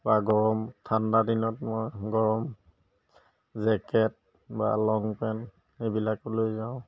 বা গৰম ঠাণ্ডা দিনত মই গৰম জেকেট বা লং পেণ্ট সেইবিলাকো লৈ যাওঁ